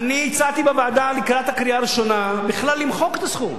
הצעתי בוועדה לקראת הקריאה הראשונה בכלל למחוק את הסכום,